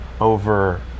over